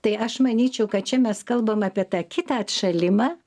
tai aš manyčiau kad čia mes kalbam apie tą kitą atšalimą